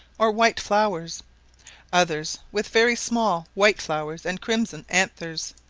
or white flowers others with very small white flowers and crimson anthers,